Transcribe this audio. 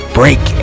break